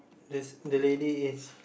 this the lady is